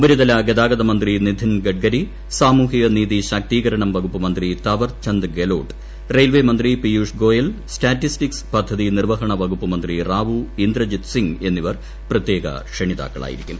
ഉപരിതല ഗതാഗത മന്ത്രി നിഥിൻ ഗഡ്കരി സാമൂഹ്യനീതി ശാക്തീകരണം വകുപ്പ് മന്ത്രി തവർചന്ദ് ഗെലോട്ട് റെയിൽവേ മന്ത്രി പിയൂഷ് ഗോയൽ സ്റ്റാറ്റിസ്റ്റിക്സ് പദ്ധതി നിർവഹണ വകുപ്പ് മന്ത്രി റാവു ഇന്ദർജിത്ത് സിംഗ് എന്നിവർ പ്രത്യേക ക്ഷണിതാക്കളായിരിക്കും